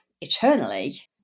eternally